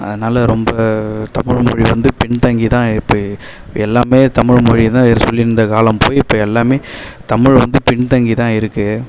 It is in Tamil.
அதனால் ரொம்ப தமிழ் மொழி வந்து பின் தங்கி தான் இப்போ எல்லாமே தமிழ் மொழிதான்னு சொல்லிருந்த காலம் போய் இப்போ எல்லாமே தமிழ் வந்து பின் தங்கி தான் இருக்கு